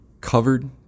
covered